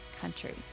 country